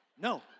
No